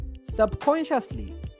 subconsciously